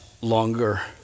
longer